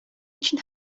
için